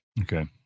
Okay